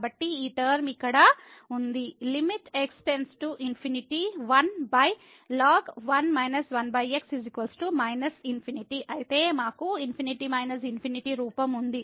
కాబట్టి ఈ టర్మ ఇక్కడ ఉంది x ∞1ln −∞ అయితే మాకు ∞∞ రూపం ఉంది